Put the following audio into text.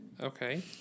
Okay